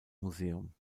museum